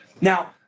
Now